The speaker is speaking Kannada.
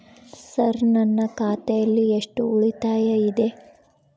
ಸರ್ ನನ್ನ ಖಾತೆಯಲ್ಲಿ ಎಷ್ಟು ಉಳಿತಾಯ ಇದೆ?